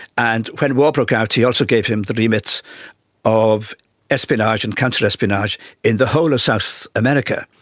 and when war broke out he also gave him the remit of espionage and counterespionage in the whole of south america.